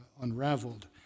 unraveled